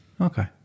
okay